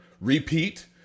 repeat